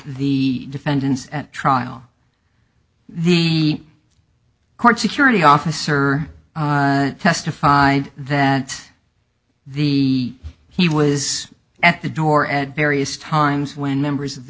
the defendants at trial the court security officer testified that the he was at the door at various times when members of the